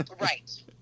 Right